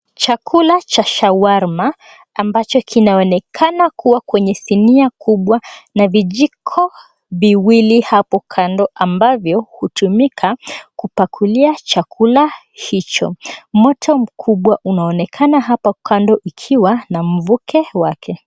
Chakula cha shawarma ambacho kinaoneka kuwa kwenye sinia kubwa na vijiko viwili hapo kando ambavyo hutumika kupakulia chakula hicho. Moto mkubwa unaonekana hapa kando ukiwa na mvuke wake.